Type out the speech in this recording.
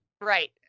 Right